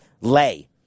lay